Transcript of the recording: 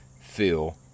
feel